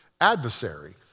adversary